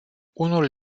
unul